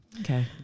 Okay